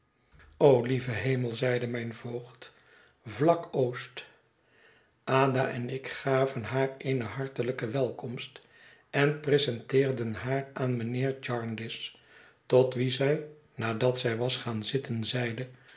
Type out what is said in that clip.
lieve hemel zeide mijn voogd vlak oost ada en ik gaven haar eene hartelijke welkomst en presenteerden haar aan mijnheer jarndyce tot wien zij nadat zij was gaan zitten zeide